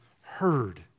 heard